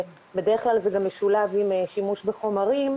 בדרך כלל זה גם משולב עם שימוש בחומרים,